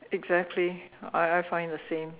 exactly I I find the same